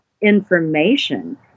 information